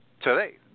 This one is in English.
today